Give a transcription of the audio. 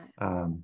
right